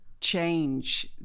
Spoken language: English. Change